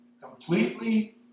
completely